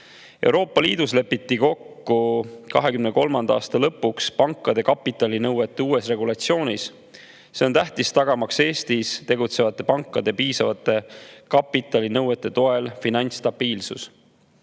Euroopa Liidus lepiti 2023. aasta lõpuks kokku pankade kapitalinõuete uues regulatsioonis. See on tähtis, et tagada Eestis tegutsevate pankade piisavate kapitalinõuete toel finantsstabiilsus.